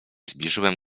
zbliżyłem